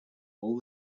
all